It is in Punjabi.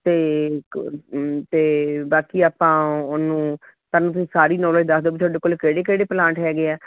ਅਤੇ ਅਤੇ ਬਾਕੀ ਆਪਾਂ ਉਹਨੂੰ ਤੁਹਾਨੂੰ ਫਿਰ ਸਾਰੀ ਨੌਲੇਜ ਦੱਸ ਦਿਓ ਤੁਹਾਡੇ ਕੋਲ ਕਿਹੜੇ ਕਿਹੜੇ ਪਲਾਂਟ ਹੈਗੇ ਆ